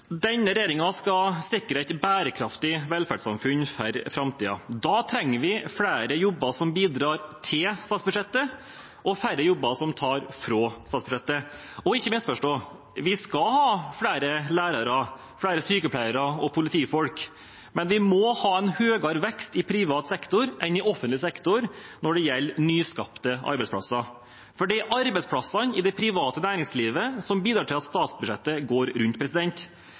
Denne regjeringen skal sikre et bærekraftig velferdssamfunn for framtiden. Da trenger vi flere jobber som bidrar til statsbudsjettet, og færre jobber som tar fra statsbudsjettet. Ikke misforstå: Vi skal ha flere lærere, sykepleiere og politifolk, men vi må ha en større vekst i privat enn i offentlig sektor når det gjelder nyskapte arbeidsplasser. For det er arbeidsplassene i det private næringslivet som bidrar til at statsbudsjettet går rundt.